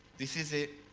this is it,